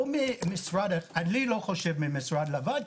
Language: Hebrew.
לא ממשרד אני לא חושב ממשרד לבד,